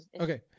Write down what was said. Okay